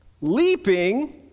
leaping